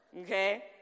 Okay